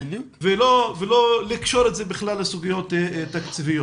ולא לקשור את זה בכלל לסוגיות תקציביות.